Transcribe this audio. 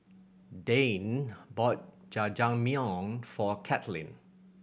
Dayne bought Jajangmyeon for Katlyn